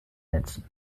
netzen